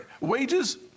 wages